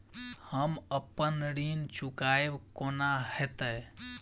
हम अप्पन ऋण चुकाइब कोना हैतय?